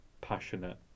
passionate